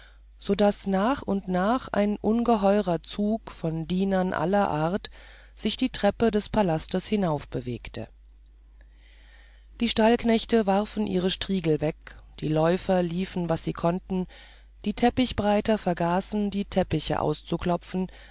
so daß nach und nach ein ungeheurer zug von dienern aller art sich die treppe des palastes hinaufbewegte die stallknechte warfen ihre striegel weg die läufer liefen was sie konnten die teppichbreiter vergaßen die teppiche auszuklopfen